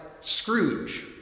Scrooge